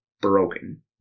broken